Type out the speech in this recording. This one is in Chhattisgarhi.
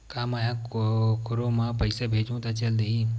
का मै ह कोखरो म पईसा भेजहु त चल देही?